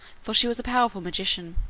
for she was a powerful magician.